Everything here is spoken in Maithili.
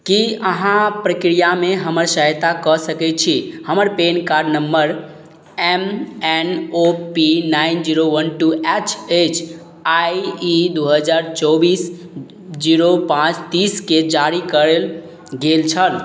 की अहाँ प्रक्रियामे हमर सहायता कऽ सकय छी हमर PAN card number M N O P nine zero one two H अछि आओर ई दू हजार चौबीस जीरो पाँच तीसकेँ जारी कयल गेल छल